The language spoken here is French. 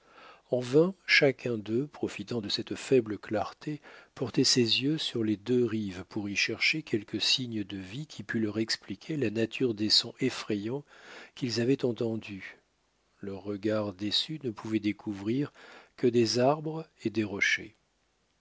en vain chacun d'eux profitant de cette faible clarté portait ses yeux sur les deux rives pour y chercher quelque signe de vie qui pût leur expliquer la nature des sons effrayants qu'ils avaient entendus leurs regards déçus ne pouvaient découvrir que des arbres et des rochers